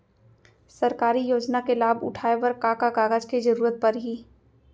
सरकारी योजना के लाभ उठाए बर का का कागज के जरूरत परही